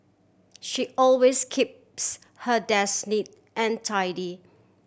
she always keeps her desk neat and tidy